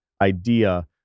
idea